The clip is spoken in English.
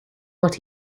what